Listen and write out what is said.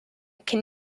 can